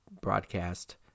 Broadcast